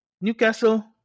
Newcastle